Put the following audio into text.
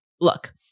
look